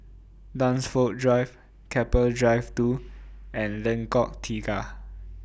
Dunsfold Drive Keppel Drive two and Lengkok Tiga